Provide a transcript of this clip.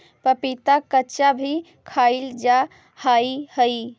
पपीता कच्चा भी खाईल जा हाई हई